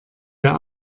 der